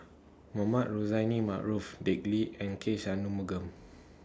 Mohamed Rozani Maarof Dick Lee and K Shanmugam